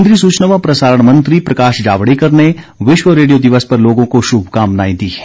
केन्द्रीय सूचना और प्रसारण मंत्री प्रकाश जावडेकर ने विश्व रेडियो दिवस पर लोगों को शुभकामनाएं दी हैं